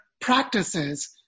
practices